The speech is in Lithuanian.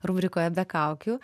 rubrikoje be kaukių